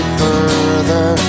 further